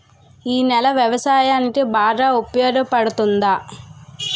ఈ నేల వ్యవసాయానికి బాగా ఉపయోగపడుతుందా?